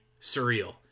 surreal